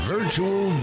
Virtual